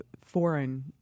foreign